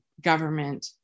government